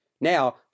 Now